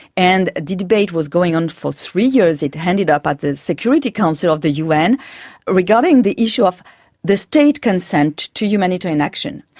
and the debate was going on for three years. it ended up at the security council of the un regarding the issue of the state consent to humanitarian action.